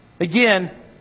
Again